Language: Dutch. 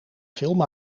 film